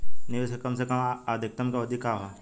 निवेश के कम से कम आ अधिकतम अवधि का है?